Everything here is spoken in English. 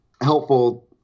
helpful